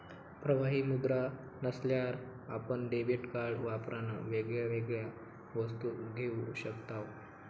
प्रवाही मुद्रा नसल्यार आपण डेबीट कार्ड वापरान वेगवेगळ्या वस्तू घेऊ शकताव